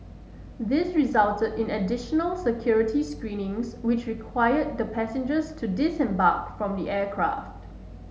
this resulted in additional security screenings which required the passengers to disembark from the aircraft